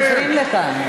משכנעת אותה.